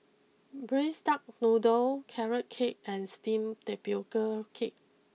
Braised Duck Noodle Carrot Cake and Steamed Tapioca Cake